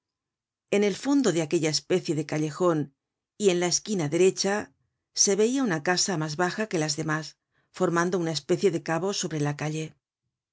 en el fondo de aquella especie de callejon y en la esquina de la de recha se veia una casa mas baja que las demás formando una especie de cabo sobre la calle